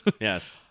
Yes